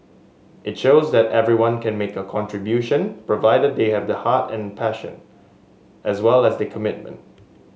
it shows that everyone can make a contribution provided they have the heart and passion as well as the commitment